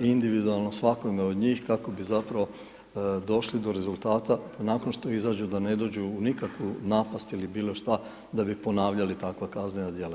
individualno svakom od njih kako bi zapravo došli do rezultat nakon što izađu da ne dođu u nikakvu napast ili bilo šta da bi ponavljali takva kaznena djela.